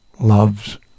loves